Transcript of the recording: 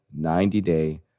90-day